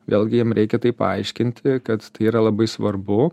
vėlgi jiem reikia tai paaiškinti kad tai yra labai svarbu